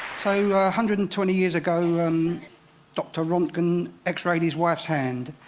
hundred and twenty years ago, um dr. rontgen x-rayed his wife's hand.